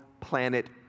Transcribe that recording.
planet